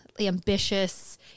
ambitious